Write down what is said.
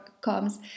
comes